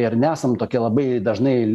ir nesam tokie labai dažnai